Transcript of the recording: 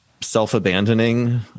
self-abandoning